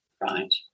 right